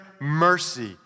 mercy